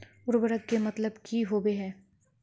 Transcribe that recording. उर्वरक के मतलब की होबे है?